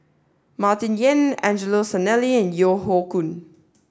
Martin Yan Angelo Sanelli and Yeo Hoe Koon